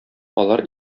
алар